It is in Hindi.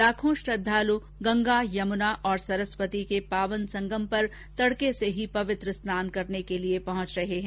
लाखों श्रद्वालु गंगा यमुना और सरस्वती के पावन संगम पर तड़के से ही पवित्र स्नान कर रहे है